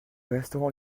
restaurant